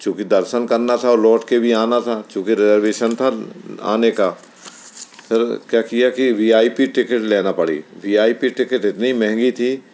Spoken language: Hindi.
चूँकि दर्शन करना था और लौट कर भी आना था चूँकि रिजर्वेशन था आने का फिर क्या किया कि वी आई पी टिकट लेना पड़ी वी आई पी टिकट इतनी मँहगी थी